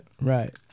right